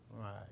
right